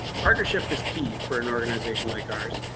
partnership is key for an organization like ours.